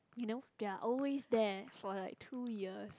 you know ya always there for like two years